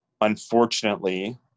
unfortunately